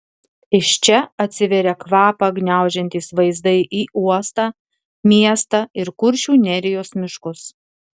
iš čia atsiveria kvapą gniaužiantys vaizdai į uostą miestą ir kuršių nerijos miškus